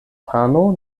pano